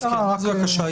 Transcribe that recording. בבקשה,